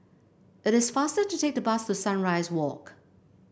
it is faster to take the bus to Sunrise Walk